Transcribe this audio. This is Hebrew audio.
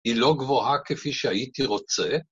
‫היא לא גבוהה כפי שהייתי רוצה.